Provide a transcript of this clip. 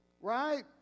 Right